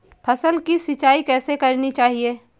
फसल की सिंचाई कैसे करनी चाहिए?